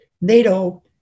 NATO